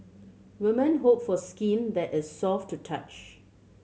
women hope for skin that is soft to touch